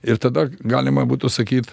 ir tada galima būtų sakyt